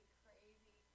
crazy